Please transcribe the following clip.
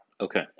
Okay